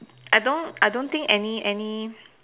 I don't I don't think any any